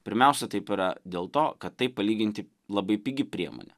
pirmiausia taip yra dėl to kad tai palyginti labai pigi priemonė